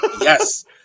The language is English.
Yes